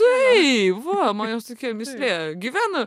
tai va man jos tokia mįslė gyvena